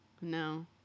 No